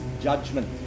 judgment